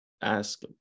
ask